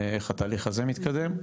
איך התהליך הזה מתקדם.